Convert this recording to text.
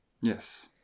Yes